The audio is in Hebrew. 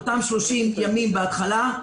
אותם 30 ימים בהתחלה,